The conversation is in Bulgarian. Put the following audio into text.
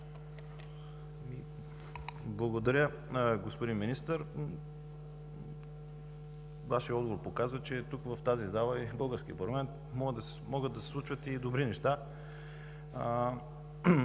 Благодаря, господин Министър. Вашият отговор показва, че в тази зала и в българския парламент могат да се случват и добри неща.